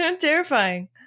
Terrifying